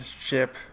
ship